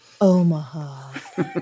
Omaha